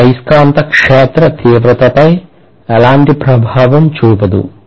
ఇది అయస్కాంత క్షేత్ర తీవ్రతపై ఎలాంటి ప్రభావం చూపదు